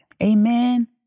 Amen